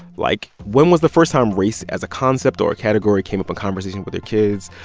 like, when was the first time race as a concept or a category came up in conversation with your kids?